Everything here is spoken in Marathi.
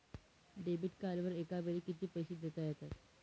डेबिट कार्डद्वारे एकावेळी किती पैसे देता येतात?